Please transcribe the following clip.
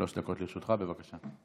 שלוש דקות לרשותך, בבקשה.